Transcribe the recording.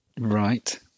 Right